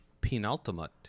penultimate